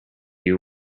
you